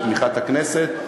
לתמיכת הכנסת.